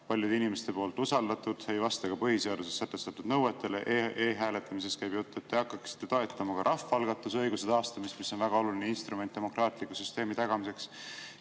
paljude inimeste poolt usaldatud ning mis ei vasta ka põhiseaduses sätestatud nõuetele – e-hääletamisest käib jutt –, ja te hakkaksite toetama ka rahvaalgatuse õiguse taastamist, mis on väga oluline instrument demokraatliku süsteemi tagamiseks,